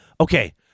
Okay